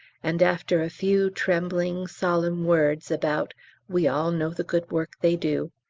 and after a few trembling, solemn words about we all know the good work they do,